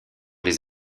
les